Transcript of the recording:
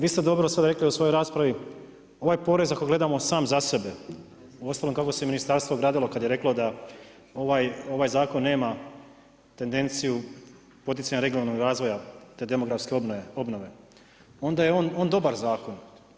Vi ste dobro sad rekli u svojoj raspravi, ovaj porez ako gledamo sam za sebe, uostalom kako se ministarstvo ogradilo kada je reklo da ovaj zakon nema tendenciju poticaja regionalnog razvoja te demografske obnove, onda je on dobar zakon.